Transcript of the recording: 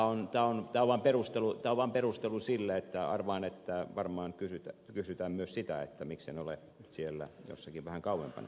tämä on vaan perustelu sille että arvaan että varmaan kysytään myös sitä miksen ole siellä jossakin vähän kauempana